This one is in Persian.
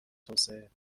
توسعه